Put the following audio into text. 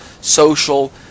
social